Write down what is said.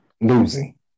losing